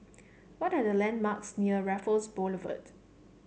what are the landmarks near Raffles Boulevard